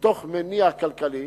מתוך מניע כלכלי,